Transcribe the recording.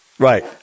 Right